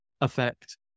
affect